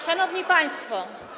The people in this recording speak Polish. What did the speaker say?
Szanowni Państwo!